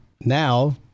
now